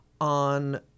on